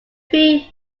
three